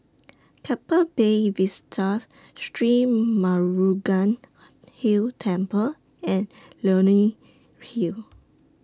Keppel Bay Vista Sri Murugan Hill Temple and Leonie Hill